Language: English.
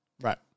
right